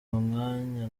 umwanya